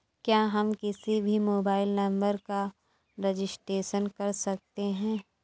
क्या हम किसी भी मोबाइल नंबर का ट्रांजेक्शन कर सकते हैं?